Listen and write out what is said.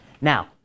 Now